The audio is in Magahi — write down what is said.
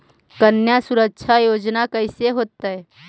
कन्या सुरक्षा योजना कैसे होतै?